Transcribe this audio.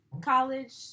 college